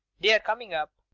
they're coming up.